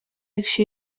якщо